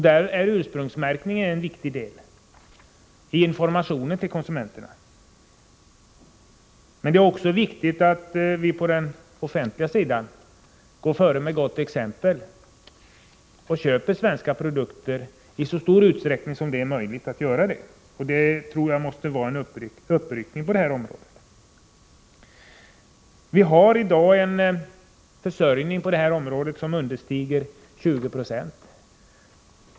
Där är ursprungsmärkningen en viktig del i informationen till konsumenterna. Men det är också viktigt att vi på den offentliga sidan går före med gott exempel och köper svenska produkter i så stor utsträckning som det är möjligt att göra det. Jag tror att det måste bli en uppryckning härvidlag. I dag har vi en försörjningsgrad på detta område som understiger 20 Zo.